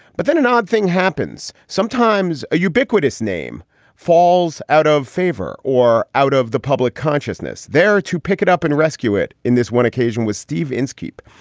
but then an odd thing happens. sometimes a ubiquitous name falls out of favor or out of the public consciousness. there to pick it up and rescue it in this one occasion was steve inskeep.